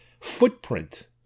footprint